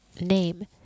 name